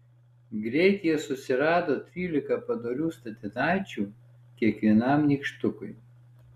greit jie susirado trylika padorių statinaičių kiekvienam nykštukui